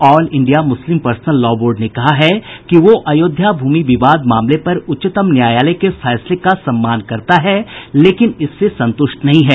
all India Muslim personal law board ने कहा है कि वो अयोध्या भूमि विवाद मामले पर उच्चतम न्यायालय के फैसले का सम्मान करता है लेकिन इससे संतुष्ट नहीं है